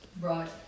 Right